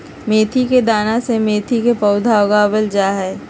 मेथी के दाना से मेथी के पौधा उगावल जाहई